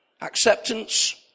Acceptance